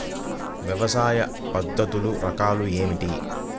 వ్యవసాయ పద్ధతులు రకాలు ఏమిటి?